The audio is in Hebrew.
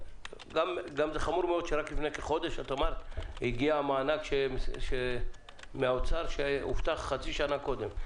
זה חמור מאוד שרק לפני כחודש הגיע המענק מהאוצר שהובטח חצי שנה קודם.